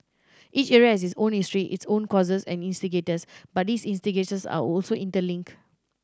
each area has its own history its own causes and instigators but these instigators are also interlinked